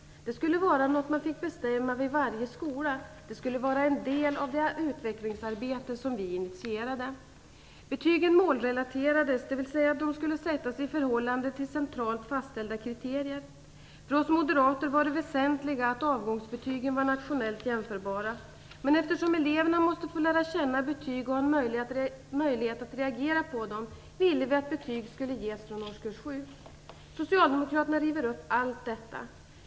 Det skulle vara något man fick bestämma vid varje skola, vara en del av det utvecklingsarbete vi initierade. Betygen målrelaterades, dvs. skulle sättas i förhållande till centralt fastställda kriterier. För oss moderater var det väsentliga att avgångsbetygen var nationellt jämförbara, men eftersom eleverna måste få lära känna betygen och ha möjlighet att reagera på dem ville vi att betyg skulle ges från årskurs 7. Socialdemokraterna river upp allt detta.